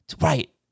Right